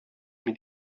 mit